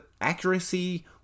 accuracy